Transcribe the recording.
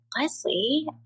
Leslie